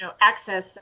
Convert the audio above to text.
access